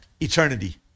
eternity